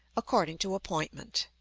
according to appointment.